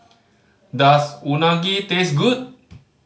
does Unagi taste good